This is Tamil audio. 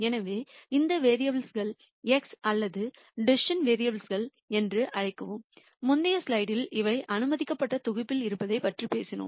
எனவே இந்த வேரியபுல் கள் x அல்லது டிசிசன் வேரியபுல் கள் என்று அழைக்கவும் முந்தைய ஸ்லைடில் இவை அனுமதிக்கப்பட்ட தொகுப்பில் இருப்பதைப் பற்றி பேசினோம்